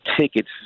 tickets